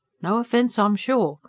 no offence, i'm sure,